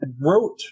wrote